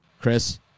Chris